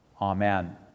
Amen